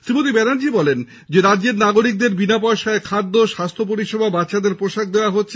শ্রীমতী ব্যানার্জী বলেন রাজ্যের নাগরিকদের বিনা পয়সায় খাদ্য স্বাস্থ্য পরিষেবা বাচ্চাদের পোশাক ইত্যাদি দেওয়া হচ্ছে